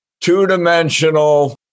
two-dimensional